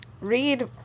read